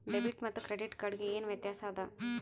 Debit ಮತ್ತ credit card ಗೆ ಏನ ವ್ಯತ್ಯಾಸ ಆದ?